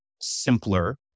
simpler